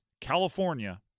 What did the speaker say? California